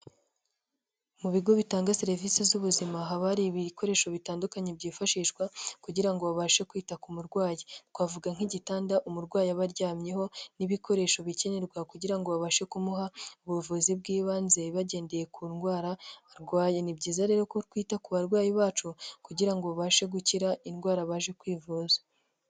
Mu bigo bitanga serivisi z'ubuzima haba hari ibikoresho bitandukanye byifashishwa kugira ngo babashe kwita ku murwayi, twavuga nk'igitanda umurwayi aba aryamyeho n'ibikoresho bikenerwa kugira babashe kumuha ubuvuzi bw'ibanze bagendeye ku ndwara arwaye, ni byiza rero ko twita ku barwayi bacu kugira ngo babashe gukira indwara baje kwivuza.